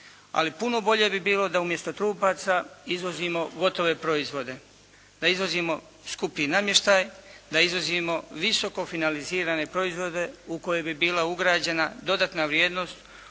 ali puno bolje bi bilo da umjesto trupaca izvozimo gotove proizvode. Da izvozimo skupi namještaj, da izvozimo visoko finalizirane proizvode u koje bi bila ugrađena dodatna vrijednost, u koje bi bila ugrađena tehnologija,